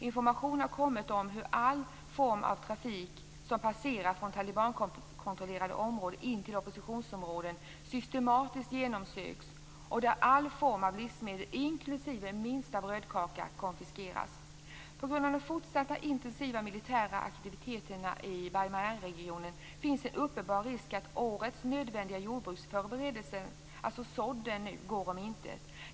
Information har kommit om hur all form av trafik som passerar från talibankontrollerade områden in till oppositionsområden systematiskt genomsöks och där all form av livsmedel, inklusive minsta brödkaka, konfiskeras. På grund av de fortsatt intensiva militära aktiviteterna i Bamyanregionen finns en uppenbar risk att årets nödvändiga jordbruskförberedelser, alltså sådden, går om intet.